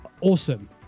awesome